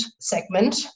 segment